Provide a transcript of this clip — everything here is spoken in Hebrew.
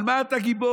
על מה אתה גיבור?